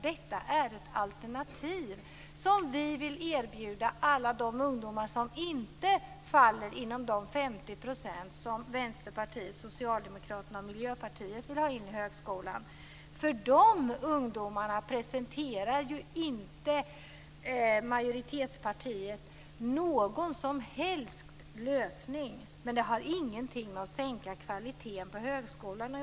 Detta är ett alternativ som vi vill erbjuda alla de ungdomar som inte faller inom de 50 % som Vänsterpartiet, Socialdemokraterna och Miljöpartiet vill ha in i högskolan. För de ungdomarna presenterar ju inte majoritetspartiet någon som helst lösning. Men det har ingenting att göra med att sänka kvaliteten på högskolan.